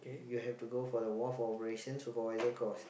you have to go for the wharf operation supervisor course